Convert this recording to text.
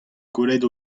gwelet